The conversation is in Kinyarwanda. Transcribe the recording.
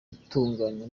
itunganywa